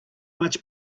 much